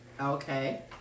Okay